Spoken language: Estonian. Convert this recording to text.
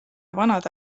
vanade